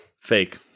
Fake